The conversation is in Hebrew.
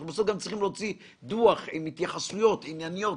אנחנו בסוף גם צריכים להוציא דוח עם התייחסויות ענייניות,